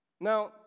Now